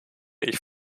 ich